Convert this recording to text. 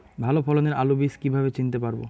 ভালো ফলনের আলু বীজ কীভাবে চিনতে পারবো?